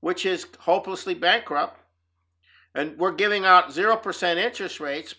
which is hopelessly back out and we're giving out zero percent interest rates